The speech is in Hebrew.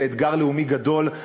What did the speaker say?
זה אתגר לאומי גדול.